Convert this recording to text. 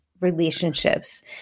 relationships